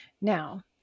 Now